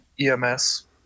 EMS